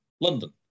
london